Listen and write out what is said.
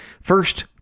First